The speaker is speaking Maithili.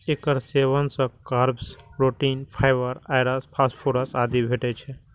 एकर सेवन सं carbs, protein, fibre, iron, phosphorus आदि भेटै छै